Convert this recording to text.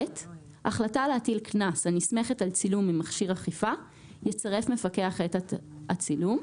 החלטה להטיל קנס הנסמכת על צילום ממכשיר אכיפה יצרף מפקח את הצילום,